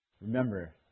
remember